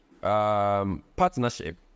partnership